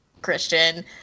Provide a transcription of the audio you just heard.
christian